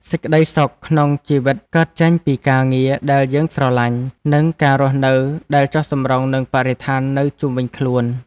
សេចក្តីសុខក្នុងជីវិតកើតចេញពីការងារដែលយើងស្រឡាញ់ និងការរស់នៅដែលចុះសម្រុងនឹងបរិស្ថាននៅជុំវិញខ្លួន។